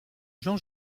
jean